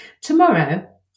Tomorrow